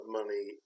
money